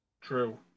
True